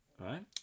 Right